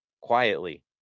quietly